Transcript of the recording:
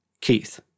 Keith